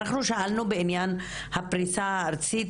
אנחנו שאלנו בעניין הפריסה הארצית,